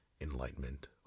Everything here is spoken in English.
enlightenment